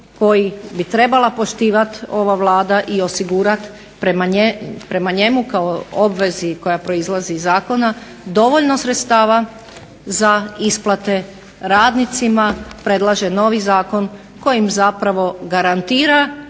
koji bi trebala poštivati ova Vlada i osigurati prema njemu kao obvezi koja proizlazi iz zakona dovoljno sredstava za isplate radnicima predlaže novi zakon kojim garantira